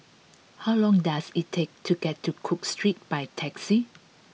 how long does it take to get to Cook Street by taxi